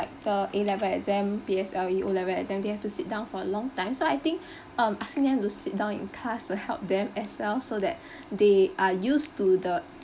like the A level exam P_S_L_E O level exam they have to sit down for a long time so I think um asking them to sit down in class will help them as well so that they are used to the